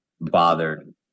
bothered